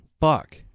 Fuck